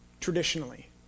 Traditionally